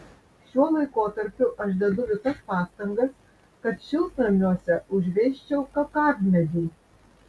šiuo laikotarpiu aš dedu visas pastangas kad šiltnamiuose užveisčiau kakavmedį